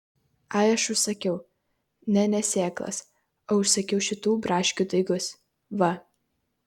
ai aš užsakiau ne ne sėklas o užsakiau šitų braškių daigus va